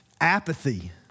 apathy